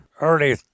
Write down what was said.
early